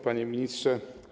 Panie Ministrze!